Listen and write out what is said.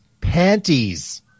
panties